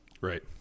Right